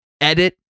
edit